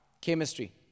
Chemistry